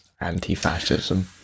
Anti-fascism